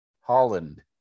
Holland